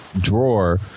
drawer